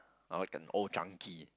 I like an Old-Chang-Kee